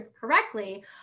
correctly